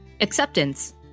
Acceptance